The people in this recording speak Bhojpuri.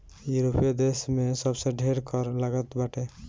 यूरोपीय देस में सबसे ढेर कर लागत बाटे